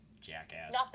Jackass